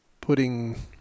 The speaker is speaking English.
putting